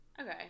Okay